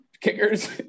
kickers